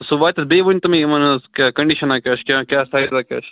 سُہ واتہِ حظ بیٚیہِ وُنہِ تٕمن یِمن ہنٛزکنڈِشَنہ کیاہ چھِ کیاہ کیاہ سایِزہ کیاہ چھُ